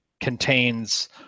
contains